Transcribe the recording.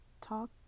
talk